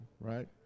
right